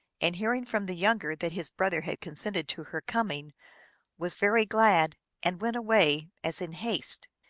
and hearing from the younger that his brother had consented to her coming was very glad, and went away, as in haste.